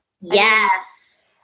Yes